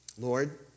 Lord